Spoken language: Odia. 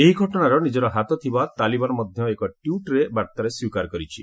ଏହି ଘଟଣାର ନିଜର ହାତ ଥିବା ତାଲିବାନ ମଧ୍ୟ ଏକ ଟ୍ୱିଟର ବାର୍ତ୍ତାରେ ସ୍ୱୀକାର କରିଛି